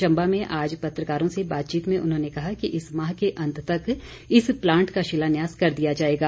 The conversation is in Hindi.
चम्बा में आज पत्रकारों से बातचीत में उन्होंने कहा कि इस माह के अंत तक इस प्लांट का शिलान्यास कर दिया जाएगा